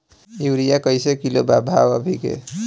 Urea कइसे kilo बा भाव अभी के?